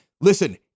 Listen